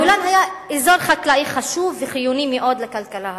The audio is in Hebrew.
הגולן היה אזור חקלאי חשוב וחיוני מאוד לכלכלה הסורית,